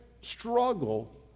struggle